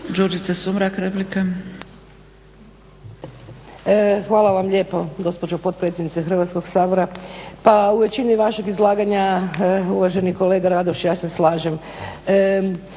Hvala vam lijepo gospođo potpredsjednice Hrvatskog sabora. Pa u većini vašeg izlaganja uvaženi kolega Radoš ja se slažem,